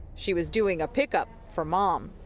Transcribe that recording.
she was doing a pick-up for mom.